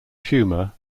tumor